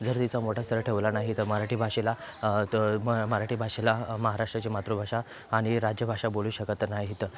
जर तिचा मोठा स्तर ठेवला नाही तर मराठी भाषेला तर मराठी भाषेला महाराष्ट्राची मातृभाषा आणि राज्यभाषा बोलू शकत नाहीत